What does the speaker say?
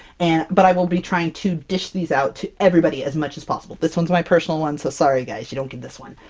and but i will be trying to dish these out to everybody as much as possible! this one's my personal one, so sorry guys, you don't get this one!